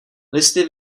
listy